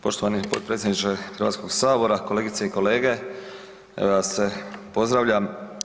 Poštovani potpredsjedniče Hrvatskog sabora, kolegice i kolege, evo ja sve pozdravljam.